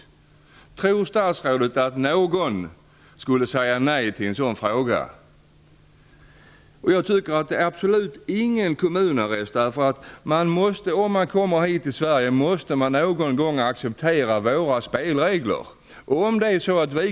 Tror statsrådet att någon skulle svara nej på en sådan fråga? Det är absolut inte fråga om kommunarrest. Om man kommer till Sverige måste man acceptera våra spelregler.